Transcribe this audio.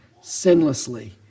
sinlessly